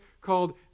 called